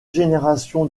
génération